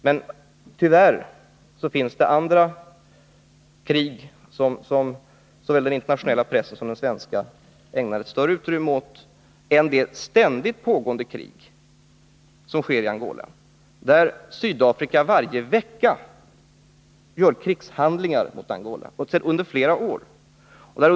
Men tyvärr finns det andra krig som såväl den internationella pressen som den svenska ägnar större utrymme åt än det ständigt pågående kriget i Angola. Sydafrika företar varje vecka krigshandlingar mot Angola. Det har pågått under flera år.